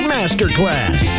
Masterclass